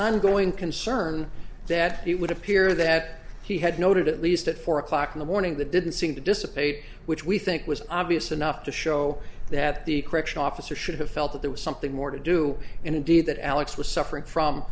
ongoing concern that it would appear that he had noted at least at four o'clock in the morning the didn't seem to dissipate which we think was obvious enough to show that the correction officer should have felt that there was something more to do and indeed that alex was suffering from